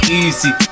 easy